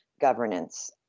governance